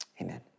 Amen